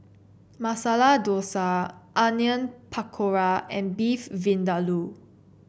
Masala Dosa Onion Pakora and Beef Vindaloo